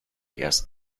erst